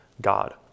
God